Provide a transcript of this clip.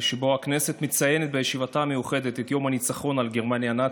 שבו הכנסת מציינת בישיבתה המיוחדת את יום הניצחון על גרמניה הנאצית.